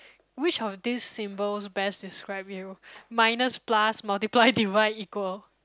which of these symbols best describe you minus plus multiply divide equal